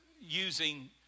using